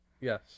yes